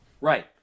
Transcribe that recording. Right